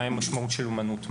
מה המשמעות של אומנות,